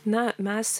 na mes